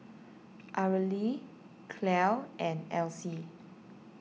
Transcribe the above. Arely Clell and Elsie